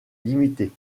limitées